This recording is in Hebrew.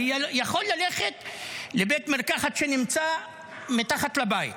יכול ללכת לבית מרקחת שנמצא מתחת לבית.